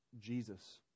Jesus